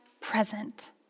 present